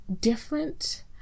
different